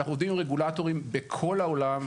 אנחנו עובדים עם רגולטורים בכל העולם.